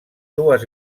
dues